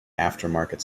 aftermarket